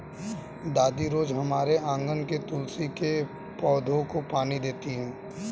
दादी रोज हमारे आँगन के तुलसी के पौधे को पानी देती हैं